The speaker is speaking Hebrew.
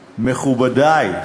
מכובדי,